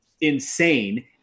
insane